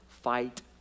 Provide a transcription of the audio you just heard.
fight